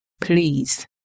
Please